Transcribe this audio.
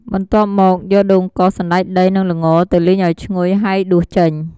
បន្ទាប់មក យកដូងកោស សណ្តែកដី និង ល្ង ទៅលីងឱ្យឈ្ងុយ ហើយដួសចេញ។